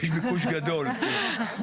יש ביקוש גדול, כן.